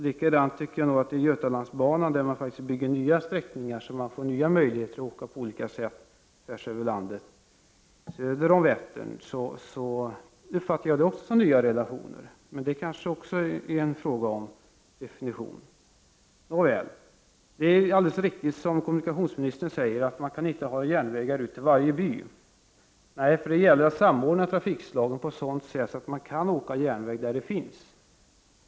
Likaså tycker jag att den Götalandsbana där man bygger nya sträckningar så att man får nya möjligheter att åka på olika sätt tvärs över landet söder om Vättern, också är nya relationer. Men det kanske också är en fråga om definitioner. Nåväl, det är alldeles riktigt som kommunikationsministern säger, att vi inte kan ha järnvägssträckningar ut till varje by. Det gäller nämligen att samordna trafikslagen på ett sådant sätt att man kan åka järnväg där sådan finns.